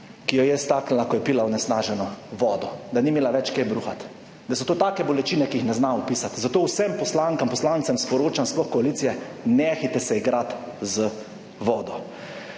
ki jo je staknila, ko je pila onesnaženo vodo, da ni imela več kaj bruhati, da so to take bolečine, ki jih ne zna opisati. Zato vsem poslankam in poslancem sporočam, sploh koalicije, nehajte se igrati z vodo.